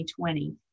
2020